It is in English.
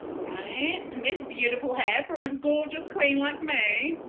right, and this beautiful hair from a gorgeous queen like me!